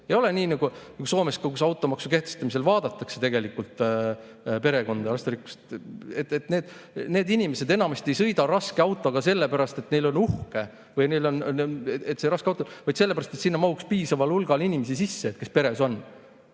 Ei ole nii nagu Soomes, kus kogu selle automaksu kehtestamisel vaadatakse tegelikult perekonda ja lasterikkust. Need inimesed enamasti ei sõida raske autoga sellepärast, et [see auto] on uhke, vaid sellepärast, et sinna mahuks piisaval hulgal inimesi, kes peres on.